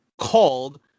called